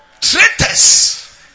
Traitors